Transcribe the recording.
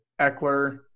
Eckler